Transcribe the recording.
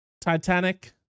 Titanic